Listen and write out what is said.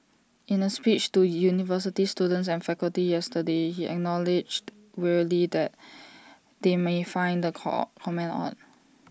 in A speech to university students and faculty yesterday he acknowledged wryly that they may find the core comment odd